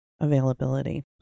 availability